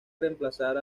reemplazar